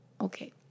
Okay